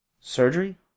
Surgery